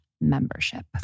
membership